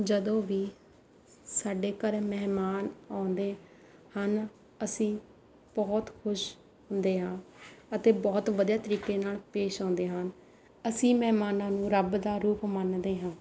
ਜਦੋਂ ਵੀ ਸਾਡੇ ਘਰ ਮਹਿਮਾਨ ਆਉਂਦੇ ਹਨ ਅਸੀਂ ਬਹੁਤ ਖੁਸ਼ ਹੁੰਦੇ ਹਾਂ ਅਤੇ ਬਹੁਤ ਵਧੀਆ ਤਰੀਕੇ ਨਾਲ ਪੇਸ਼ ਆਉਂਦੇ ਹਾਂ ਅਸੀਂ ਮਹਿਮਾਨਾਂ ਨੂੰ ਰੱਬ ਦਾ ਰੂਪ ਮੰਨਦੇ ਹਾਂ